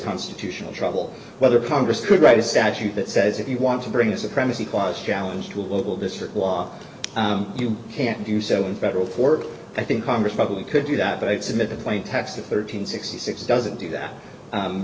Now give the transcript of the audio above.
constitutional trouble whether congress could write a statute that says if you want to bring a supremacy clause challenge to a local district law you can do so in federal court i think congress probably could do that but i've submitted a plain text of thirteen sixty six doesn't do that